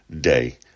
day